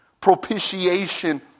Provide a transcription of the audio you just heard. propitiation